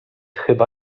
chyba